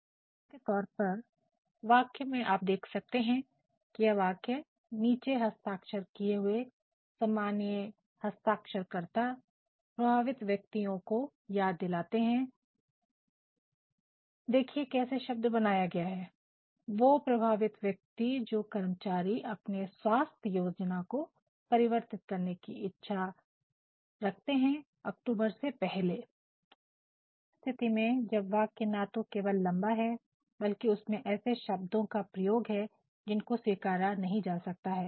Refer Slide Time 1742 उदाहरण के तौर पर वाक्य में आप देख सकते हैं कि यह वाक्य 'नीचे हस्ताक्षर किए हुए सम्मानीय हस्ताक्षरकर्ता प्रभावित व्यक्तियों को याद दिलाते है ' देखिये कैसे शब्द बनाया गया है ' वो प्रभावित व्यक्तिजो कर्मचारी अपने स्वास्थ्य योजना को परिवर्तित करने की इच्छा रखते है अक्टूबर के पहले' ऐसी स्थिति में जब वाक्य ना तो केवल लम्बा है बल्कि उसमें ऐसे शब्दों का प्रयोग है जिनको स्वीकारा नहीं जा सकता है